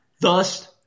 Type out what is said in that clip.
Thus